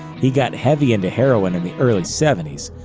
he got heavy into heroin in the early seventy s,